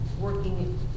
working